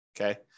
okay